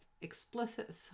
explicit